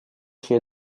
she